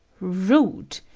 rude!